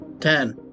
Ten